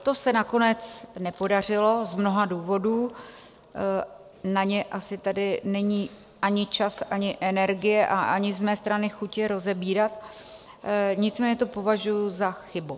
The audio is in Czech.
To se nakonec nepodařilo z mnoha důvodů, na ně asi tady není ani čas ani energie a ani z mé strany chuť to rozebírat, nicméně to považuji za chybu.